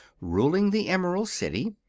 ruling the emerald city.